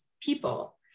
people